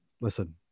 listen